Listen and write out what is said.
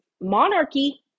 monarchy